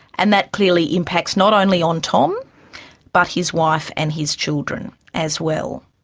and that clearly impacts not only on tom but his wife and his children as well.